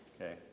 Okay